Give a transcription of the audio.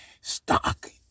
stock